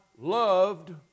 Loved